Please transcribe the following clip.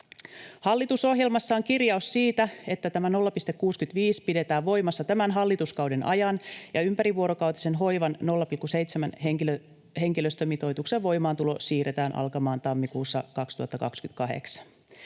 Hallitusohjelmassa on kirjaus siitä, että tämä 0,65 pidetään voimassa tämän hallituskauden ajan ja ympärivuorokautisen hoivan 0,7-henkilöstömitoituksen voimaantulo siirretään alkamaan tammikuussa 2028.